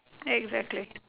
exactly